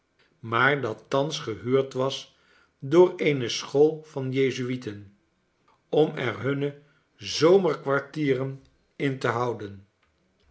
maar dat thans gehuurd was door eene school van jezuieten om er hunne zomerkwartieren in te houden